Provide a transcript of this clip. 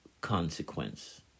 consequence